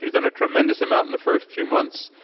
she's done a tremendous amount in the first few months,